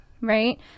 right